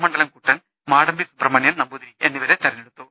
ണ്ഡലം കുട്ടൻ മാടമ്പി സുബ്രഹ്മണ്യൻ നമ്പൂതിരി എന്നിവരെ തെരഞ്ഞെടുത്തു